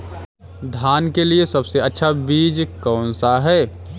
धान के लिए सबसे अच्छा बीज कौन सा है?